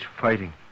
fighting